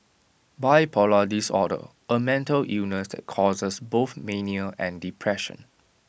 bipolar disorder A mental illness that causes both mania and depression